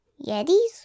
Yetis